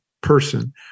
person